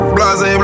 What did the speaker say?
Blase